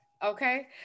okay